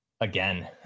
again